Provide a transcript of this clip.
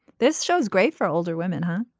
this shows great for older women huh.